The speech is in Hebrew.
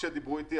כשדיברו איתי,